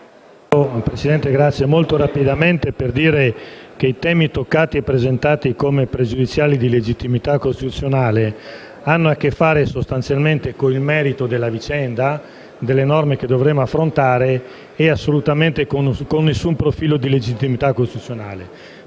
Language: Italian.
*relatore*. Signora Presidente, i temi toccati e presentati come pregiudiziali di legittimità costituzionale hanno a che fare sostanzialmente con il merito della vicenda delle norme che dobbiamo affrontare e assolutamente con nessun profilo di legittimità costituzionale.